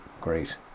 Great